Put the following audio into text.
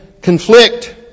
conflict